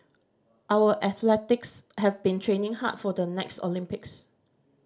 our athletics have been training hard for the next Olympics